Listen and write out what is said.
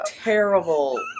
terrible